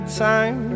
time